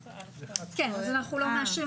אנחנו לא מאשרים.